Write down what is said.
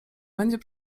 będzie